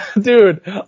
dude